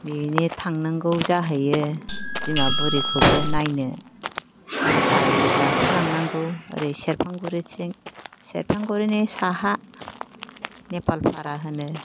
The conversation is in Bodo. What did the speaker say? बिनि थांनांगौ जाहैयो बिमा बुरिखौबो नायनो गारि गाखोलांनांगौ ओरै सेरफांगुरिथिं सेरफांगुरिनि साहा नेपालफारा होनो